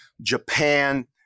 Japan